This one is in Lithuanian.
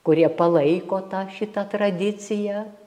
kurie palaiko tą šitą tradiciją